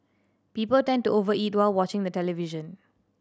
people tend to over eat while watching the television